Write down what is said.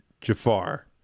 Jafar